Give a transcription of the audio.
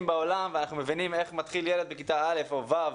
בעולם ואנחנו מבין איך מתחיל ילד בכיתה א' או ו',